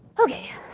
okay.